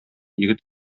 егет